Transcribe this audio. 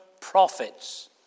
Prophets